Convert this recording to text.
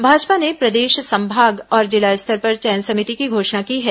भाजपा ने प्रदेश संभाग और जिला स्तर पर चयन समिति की घोषणा की है